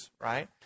right